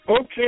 Okay